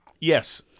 Yes